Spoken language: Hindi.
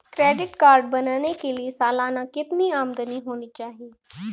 क्रेडिट कार्ड बनाने के लिए सालाना कितनी आमदनी होनी चाहिए?